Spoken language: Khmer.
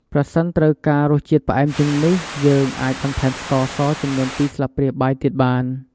ប្រសិនត្រូវការរសជាតិផ្អែមជាងនេះ យើងអាចបន្ថែមស្ករសចំនួន២ស្លាបព្រាបាយទៀតបាន។